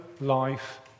life